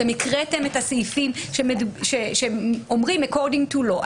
אתם הקראתם את הסעיפים שאומרים אקורדינג טו לאו.